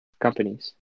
Companies